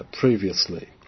previously